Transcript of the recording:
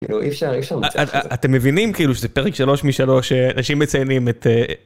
כאילו אי אפשר אי אפשר, אתם מבינים כאילו זה פרק שלוש משלוש שאנשים מציינים את...